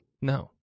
No